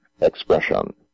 expression